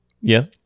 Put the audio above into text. Yes